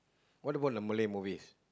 what about the Malay movies